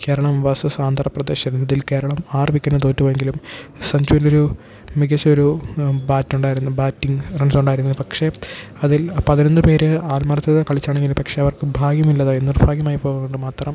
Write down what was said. Keralam versus Andhra Pradesh ഇതിൽ കേരളം ആറ് വിക്കെറ്റിന് തോറ്റു പോയെങ്കിലും സഞ്ചൂൻറ്റൊരു മികച്ചൊരു ബാറ്റുണ്ടായിരുന്നു ബാറ്റിങ് റൺസ് ഉണ്ടായിരുന്നു പക്ഷേ അതിൽ ആ പതിനൊന്ന് പേര് ആത്മർഥത കളിച്ചാണെങ്കിലും പക്ഷേ അവർക്ക് ഭാഗ്യമില്ലാതായി നിർഭാഗ്യമായി പോയത് കൊണ്ട് മാത്രം